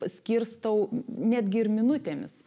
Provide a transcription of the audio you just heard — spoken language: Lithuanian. skirstau netgi ir minutėmis